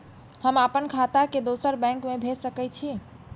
हम आपन खाता के दोसर बैंक में भेज सके छी?